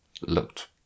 looked